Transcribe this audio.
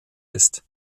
ist